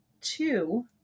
two